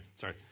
sorry